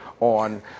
on